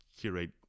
curate